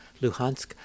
Luhansk